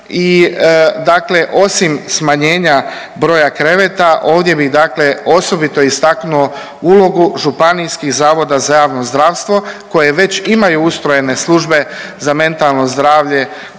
i dakle osim smanjenja broja kreveta, ovdje bih dakle osobito istaknuo ulogu županijskih zavoda za javno zdravstvo koje već imaju ustrojene službe za mentalno zdravlje,